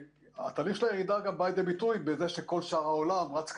תהליך הירידה גם בא לידי ביטוי בזה שכל שאר העולם רץ קדימה,